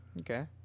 Okay